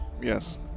yes